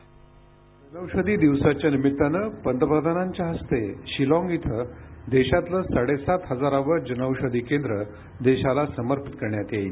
ध्वनी जनौषधी दिवसाच्या निमित्ताने पंतप्रधानांच्या हस्ते शिलाँग इथं देशातलं साडेसात हजारावं जनौषधी केंद्र देशाला समर्पित करण्यात येईल